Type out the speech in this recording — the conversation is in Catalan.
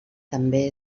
també